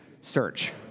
search